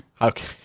Okay